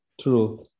truth